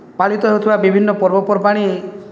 ପାଳିତ ହେଉଥିବା ବିଭିନ୍ନ ପର୍ବପର୍ବାଣି